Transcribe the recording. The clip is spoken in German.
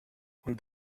und